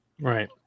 right